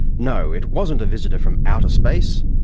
no, it wasn't a visitor from outer space,